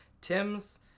Tim's